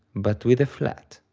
but with a flat.